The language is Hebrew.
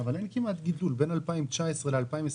אבל אין כמעט גידול בין 2019 ל-2022,